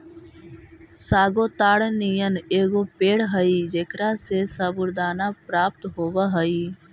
sago ताड़ नियन एगो पेड़ हई जेकरा से सबूरदाना प्राप्त होब हई